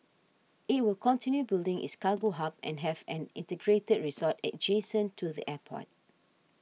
it will continue building its cargo hub and have an integrated resort adjacent to the airport